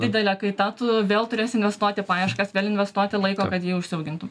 didelė kaita tu vėl turėsi investuot į paieškas vėl investuoti laiko kad jį užsiaugintum